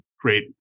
great